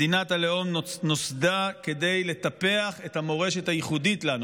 מדינת הלאום נוסדה כדי לטפח את המורשת הייחודית לנו,